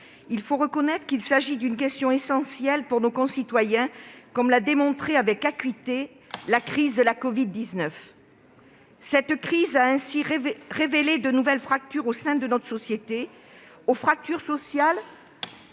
Il faut reconnaître qu'il s'agit d'une question essentielle pour nos concitoyens, comme l'a démontré avec acuité la crise de la covid-19. Cette crise a révélé de nouvelles fractures au sein de notre société : aux fractures sociales